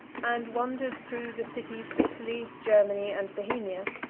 and wandered through the cities of italy, germany, and bohemia.